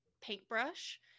paintbrush